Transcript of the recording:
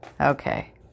Okay